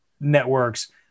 networks